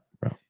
bro